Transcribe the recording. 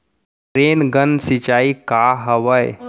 Rain gun सिंचाई का हवय?